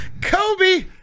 Kobe